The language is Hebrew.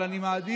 אבל אני מעדיף,